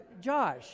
Josh